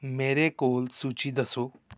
ਮੇਰੇ ਕੋਲ ਸੂਚੀ ਦੱਸੋ